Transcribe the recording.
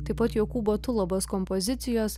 taip pat jokūbo tulabos kompozicijos